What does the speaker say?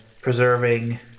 preserving